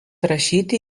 rašyti